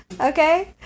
Okay